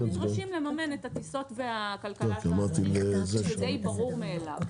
הם נדרשים לממן את הטיסות והכלכלה של --- זה די ברור מאליו.